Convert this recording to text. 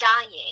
dying